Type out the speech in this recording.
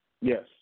Yes